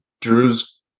Drew's